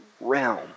realm